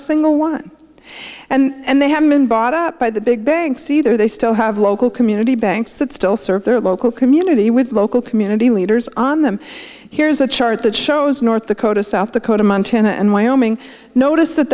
single one and they haven't been bought up by the big banks either they still have local community banks that still serve their local community with local community leaders on them here's a chart that shows north dakota south dakota montana and wyoming notice that